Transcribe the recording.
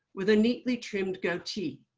with a neatly trimmed goatee.